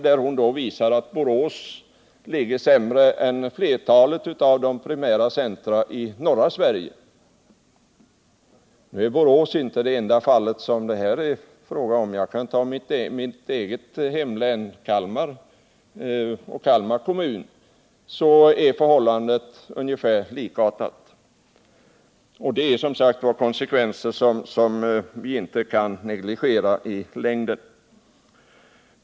Därav framgår att Borås ligger sämre till än flertalet av de primära centra i norra Sverige. Nu är Borås inte det enda fall som här kan anföras. I Kalmar län — mitt eget hemlän — och Kalmar kommun är förhållandena ungefär likartade. Detta är konsekvenser som vi inte kan negligera i längden.